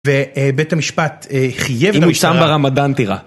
ובית המשפט חייב את המשטרה. אם הוא צם ברמדאן - תירה.